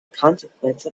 consequence